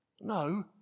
No